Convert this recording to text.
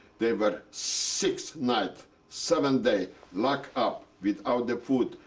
they were six night, seven day locked up, without the food,